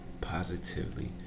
positively